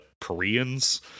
Koreans